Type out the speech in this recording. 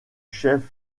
chef